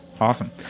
Awesome